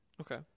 okay